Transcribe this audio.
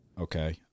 Okay